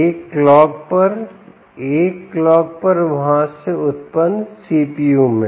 एक क्लॉक पर एक क्लॉक पर वहाँ से उत्पन्न सीपीयू में